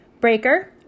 Breaker